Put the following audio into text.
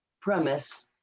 premise